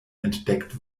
entdeckt